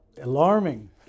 alarming